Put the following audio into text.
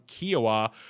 kiowa